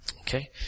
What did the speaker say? Okay